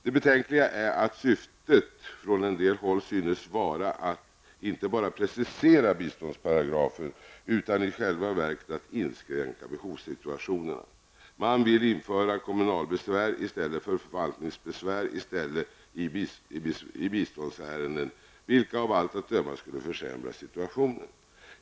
Det betänkliga är att syftet från en del håll synes vara inte bara att precisera biståndsparagrafen utan i själva verket att inskränka antalet behovssituationer. Man vill införa kommunalbesvär i stället för förvaltningsbesvär i biståndsärenden, vilket av allt att döma skulle försämra situationen.